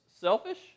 selfish